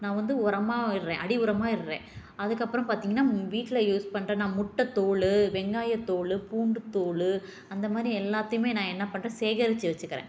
நான் வந்து உரமாக இடுறேன் அடி உரமாக இடுறேன் அதுக்கப்புறம் பார்த்திங்கன்னா வீட்டில் யூஸ் பண்ணுற நான் முட்டைத் தோல் வெங்காயத் தோல் பூண்டுத் தோல் அந்தமாதிரி எல்லாத்தையும் நான் என்ன பண்ணுற சேகரித்து வைச்சிக்கிறேன்